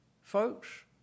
Folks